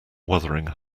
wuthering